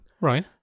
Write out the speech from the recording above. Right